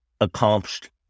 accomplished